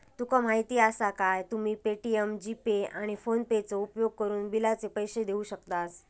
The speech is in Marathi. तुका माहीती आसा काय, तुम्ही पे.टी.एम, जी.पे, आणि फोनेपेचो उपयोगकरून बिलाचे पैसे देऊ शकतास